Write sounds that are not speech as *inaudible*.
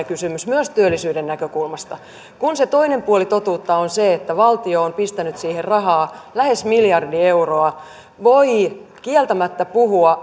*unintelligible* kysymys myös työllisyyden näkökulmasta kun se toinen puoli totuutta on se että valtio on pistänyt siihen rahaa lähes miljardi euroa voi kieltämättä puhua *unintelligible*